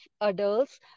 adults